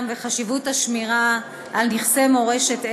חשיבותם וחשיבות השמירה על נכסי מורשת אלו,